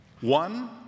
One